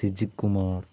Sijith Kumar